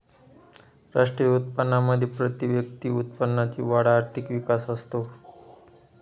राष्ट्रीय उत्पन्नामध्ये प्रतिव्यक्ती उत्पन्नाची वाढ आर्थिक विकास असतो